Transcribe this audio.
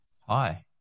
Hi